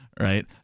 right